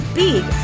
big